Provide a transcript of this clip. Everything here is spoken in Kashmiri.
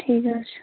ٹھیٖک حظ چھُ